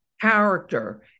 character